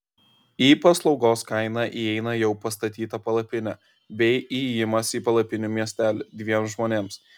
į paslaugos kainą įeina jau pastatyta palapinė bei įėjimas į palapinių miestelį dviems žmonėms